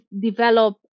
develop